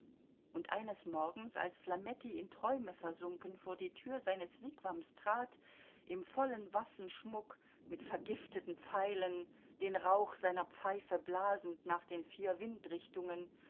und eines morgens als flametti in träume versunken vor die tür seines wigwams trat im vollen waffenschmuck mit vergifteten pfeilen den rauch seiner pfeife blasend nach den vier windrichtungen